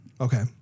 Okay